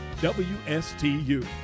WSTU